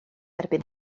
erbyn